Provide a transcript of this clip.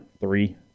three